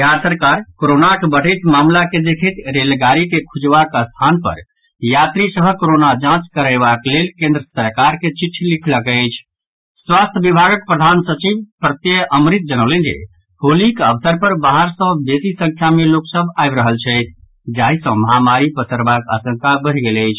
बिहार सरकार कोरोनाक बढ़ैत मामिला के देखैत रेलगाड़ी के खुजबाक स्थान पर यात्री सभक कोरोना जांच करयबाक लेल केन्द्र सरकार के चिट्ठि लिखलक अछि स्वास्थ्य विभागक प्रधान सचिव प्रत्यय अमृत जनौलनि जे होलीक अवसर पर बाहर सँ बेसी संख्या मे लोक सभ आबि रहल छथि जाहि सँ महामारी पसरबाक आशंका बढ़ि गेल अछि